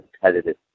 competitive